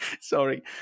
sorry